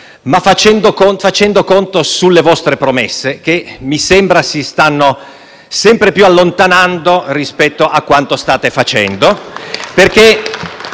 ma facendo conto sulle vostre promesse, che mi sembra si stiano sempre più allontanando rispetto a quanto state facendo.